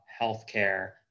healthcare